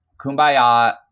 kumbaya